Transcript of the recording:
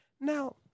Now